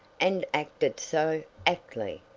and acted so actly.